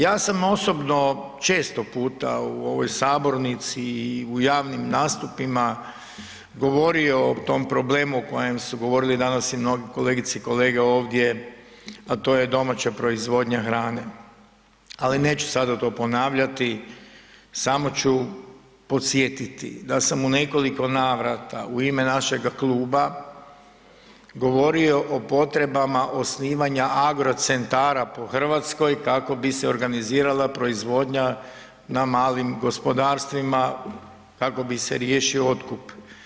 Ja sam osobno često puta u ovoj sabornici i u javnim nastupima govorio o tom problemu o kojem su govorili i danas i mnogi kolegice i kolege ovdje, a to je domaća proizvodnja hrane, ali neću sada to ponavljati, samo ću podsjetiti da sam u nekoliko navrata u ime našega kluba govorio o potrebama osnivanja agrocentara po Hrvatskoj kako bi se organizirala proizvodnja na malim gospodarstvima, kako bi se riješio otkup.